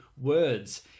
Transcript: words